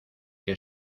que